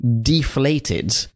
deflated